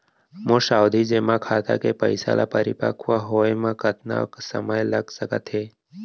मोर सावधि जेमा खाता के पइसा ल परिपक्व होये म कतना समय लग सकत हे?